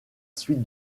suite